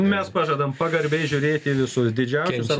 mes pažadam pagarbiai žiūrėti į visus didžiausius ar